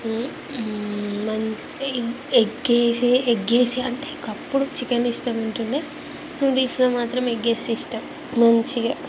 మం ఏ ఎగ్గేసి ఎగ్గేసి అంటే ఒకప్పుడు చికెన్ ఇష్టముంటుంది నూడిల్స్లో మాత్రం ఎగ్గేస్తే ఇష్టం మంచిగా